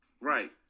Right